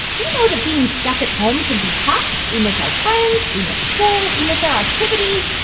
we know that being stuck at home can be tough. we miss our friends. we miss school. we miss our activities.